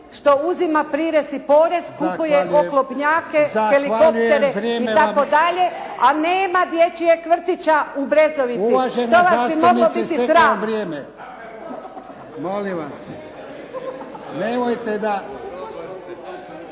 što uzima prirez i porez kupuje oklopnjake, helikoptere itd. a nema dječjeg vrtića u Brezovici. To vas bi moglo biti sram.